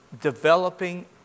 developing